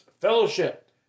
Fellowship